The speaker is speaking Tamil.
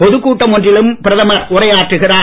பொதுக் கூட்டம் ஒன்றிலும் பிரதமர் உரையாற்றுகிறார்